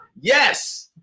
yes